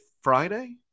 Friday